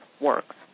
works